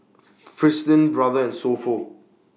Fristine Brother and So Pho